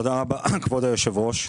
תודה רבה כבוד היושב ראש.